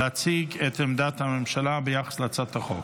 להציג את עמדת הממשלה ביחס להצעת החוק.